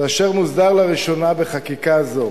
ואשר מוסדר לראשונה בחקיקה זו.